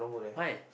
why